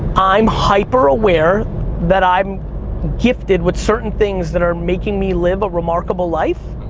i'm hyper-aware that i'm gifted with certain things that are making me live a remarkable life,